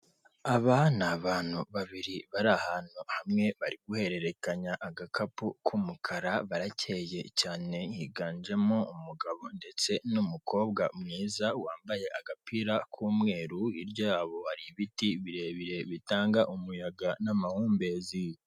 Ab ni abantu babiri bari ahantu hamwe, bari guhererekanya agakapu k'umukara, barakeye cyane, higanjemo umugabo ndetse n'umukobwa mwiza wambaye agapira k'umweru, hirya yabo hari ibiti birebire bitanga umuyaga n'amahumbezi.